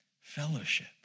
Fellowship